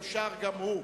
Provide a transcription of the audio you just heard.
אושר גם הוא.